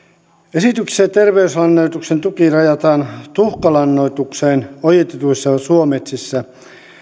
esityksessä terveyslannoituksen tuki rajataan tuhkalannoitukseen ojitetuissa suometsissä